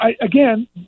again